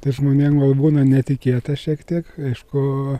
tai žmonėm būna netikėta šiek tiek aišku